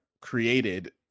created